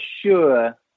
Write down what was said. sure